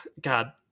god